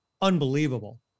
unbelievable